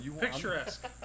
Picturesque